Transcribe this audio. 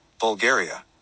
Bulgaria